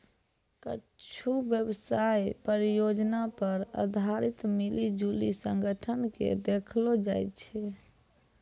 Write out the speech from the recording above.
कुच्छु व्यवसाय परियोजना पर आधारित मिली जुली संगठन के देखैलो जाय छै